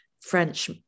French